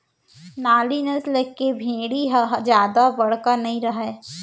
नाली नसल के भेड़ी ह जादा बड़का नइ रहय